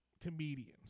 comedians